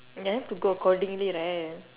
ya have to go accordingly right